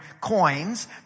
coins